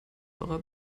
eurer